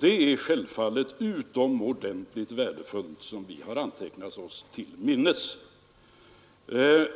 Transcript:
Det är självfallet utomordentligt värdefullt, och vi har antecknat oss det till minnes.